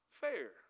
fair